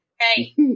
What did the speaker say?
Hey